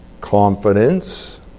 confidence